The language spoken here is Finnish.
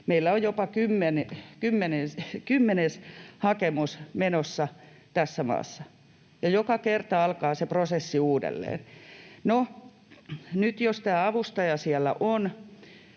olla jopa kymmenes hakemus menossa tässä maassa, ja joka kerta alkaa se prosessi uudelleen. No, nyt jos tämä avustaja siellä on